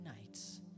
nights